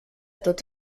tots